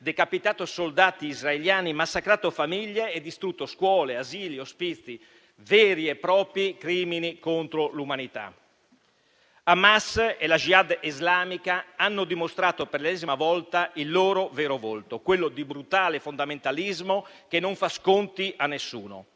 decapitato soldati israeliani, massacrato famiglie e distrutto scuole, asili, ospizi: veri e propri crimini contro l'umanità. Hamas e la *jihad* islamica hanno dimostrato per l'ennesima volta il loro vero volto, quello di un brutale fondamentalismo che non fa sconti a nessuno,